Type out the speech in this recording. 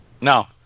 No